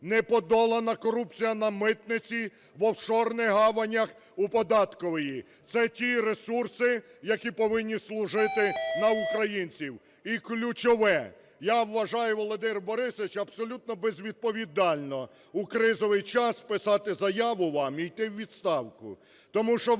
Не подолана корупція на митниці, в офшорних гаванях, у податкової. Це ті ресурси, які повинні служити на українців. І ключове. Я вважаю, Володимир Борисович, абсолютно безвідповідально у кризовий час писати заяву вам і йти у відставку.